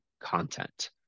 content